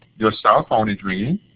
your cell phone is ringing.